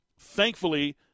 Thankfully